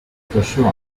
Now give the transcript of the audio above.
stesso